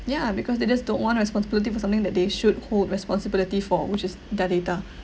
ya because they just don't want responsibility for something that they should hold responsibility for which is their data